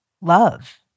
love